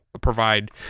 provide